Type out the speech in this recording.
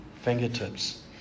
fingertips